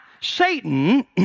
Satan